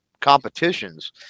competitions